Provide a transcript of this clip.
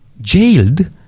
jailed